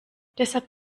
deshalb